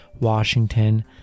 Washington